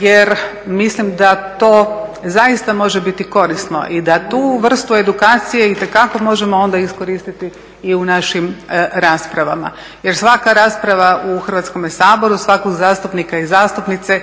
jer mislim da to zaista može biti korisno i da tu vrstu edukacije itekako možemo onda iskoristiti i u našim raspravama jer svaka rasprava u Hrvatskom saboru svakog zastupnika i zastupnice